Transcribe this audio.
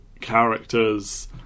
characters